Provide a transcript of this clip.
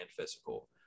physical